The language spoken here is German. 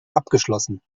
abgeschlossen